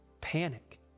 panic